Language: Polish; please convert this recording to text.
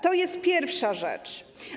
To jest pierwsza rzecz.